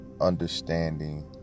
understanding